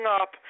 up